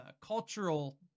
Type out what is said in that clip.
cultural